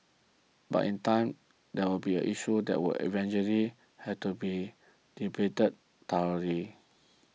but in time this will be an issue that will eventually have to be debated thoroughly